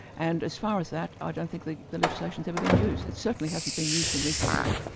and as far as that, i don't think the the legislation's ever been used. it certainly hasn't been used in recent years.